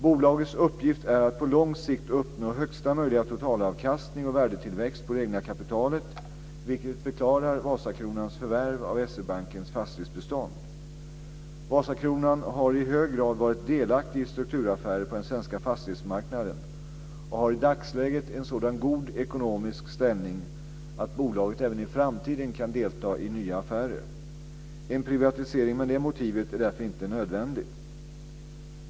Bolagets uppgift är att på lång sikt uppnå högsta möjliga totalavkastning och värdetillväxt på det egna kapitalet, vilket förklarar Vasakronans förvärv av S-E-Bankens fastighetsbestånd. Vasakronan har i hög grad varit delaktig i strukturaffärer på den svenska fastighetsmarknaden och har i dagsläget en sådan god ekonomisk ställning att bolaget även i framtiden kan delta i nya affärer. En privatisering med det motivet är därför inte nödvändig.